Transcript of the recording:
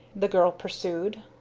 the girl pursued.